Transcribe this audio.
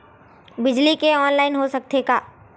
बिजली के ऑनलाइन हो सकथे का?